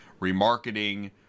remarketing